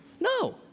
No